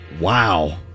Wow